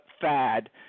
fad